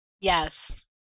Yes